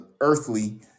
earthly